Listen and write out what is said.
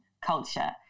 culture